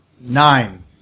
Nine